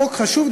החוק חשוב,